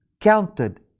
counted